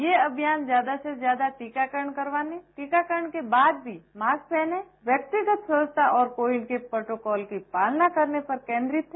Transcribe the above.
ये अभियान ज्यादा से ज्यादा टीकाकरण करवाने टीकाकरण के बाद भी मास्क पहने व्यक्तिगत स्वच्छता और कोविड के प्रोटोकॉल की पालना करने पर केन्द्रित हैं